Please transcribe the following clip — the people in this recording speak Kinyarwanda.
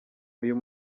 uyu